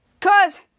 cause